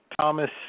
Thomas